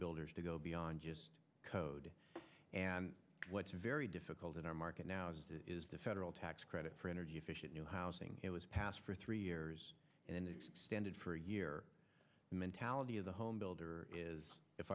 builders to go beyond just code and what's very difficult in our market now is the federal tax credit for energy efficient new housing it was passed for three years and extended for a year mentality of the home builder is if